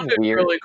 weird